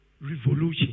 revolution